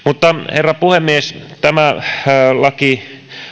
herra puhemies tämä laki